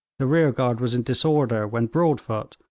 the rear-guard was in disorder, when broadfoot,